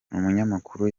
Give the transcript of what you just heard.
umunyamakuru